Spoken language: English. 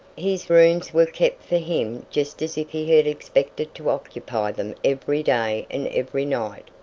his rooms were kept for him just as if he had expected to occupy them every day and every night,